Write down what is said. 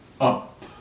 up